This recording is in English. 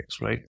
right